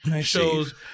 shows